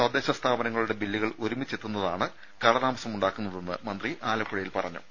തദ്ദേശ സ്ഥാപനങ്ങളുടെ ബില്ലുകൾ ഒരുമിച്ചെത്തുന്ന താണ് കാലതാമസമുണ്ടാക്കുന്നതെന്ന് മന്ത്രി ആലപ്പുഴയിൽ പറഞ്ഞു